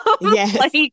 yes